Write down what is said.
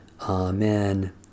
Amen